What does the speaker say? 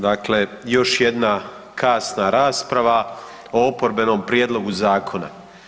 Dakle, još jedna kasna rasprava o oporbenom prijedlogu zakona.